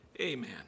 Amen